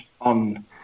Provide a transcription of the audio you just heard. on